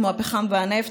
כמו הפחם והנפט,